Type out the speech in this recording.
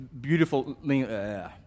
beautiful